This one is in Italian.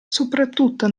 soprattutto